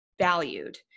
valued